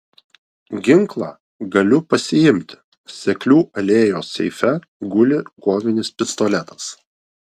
ginklą galiu pasiimti seklių alėjos seife guli kovinis pistoletas